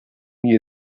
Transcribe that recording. nie